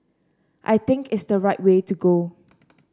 I think it's the right way to go